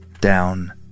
down